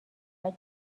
سرعت